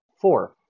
Four